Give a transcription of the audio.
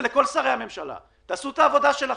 לכל שרי הממשלה תעשו את העבודה שלכם.